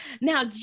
Now